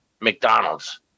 McDonald's